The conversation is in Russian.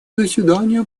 заседание